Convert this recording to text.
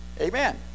Amen